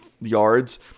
yards